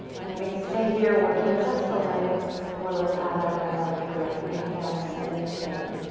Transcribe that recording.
and then we can stay here working just the leg or let's add that right arm if you're ready. inhale, extending forward.